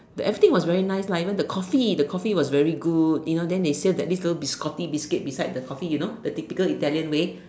the everything was very nice lah even the Coffee the Coffee was very good you know then they feel that this little biscotti biscuit beside the Coffee you know the typical Italian way